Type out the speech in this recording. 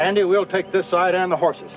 and it will take the side and the horses